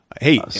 hey